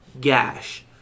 gash